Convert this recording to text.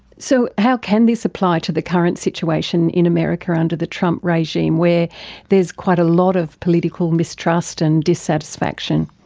so how can this apply to the current situation in america under the trump regime where there's quite a lot of political mistrust and dissatisfaction?